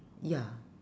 ya